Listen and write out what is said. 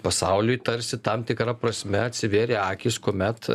pasauliui tarsi tam tikra prasme atsivėrė akys kuomet